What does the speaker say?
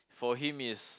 for him is